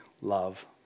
love